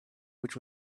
which